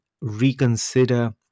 reconsider